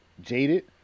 jaded